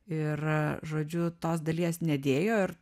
ir žodžiu tos dalies nedėjo ir